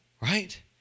Right